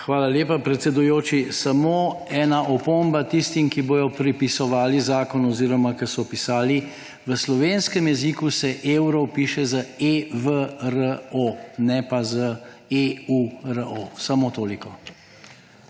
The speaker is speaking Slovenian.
Hvala lepa, predsedujoči. Samo ena opomba tistim, ki bodo pripisovali zakon oziroma ki so pisali, v slovenskem jeziku se evro piše e-v-r-o, ne pa e-u-r-o. Samo toliko.